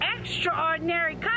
extraordinary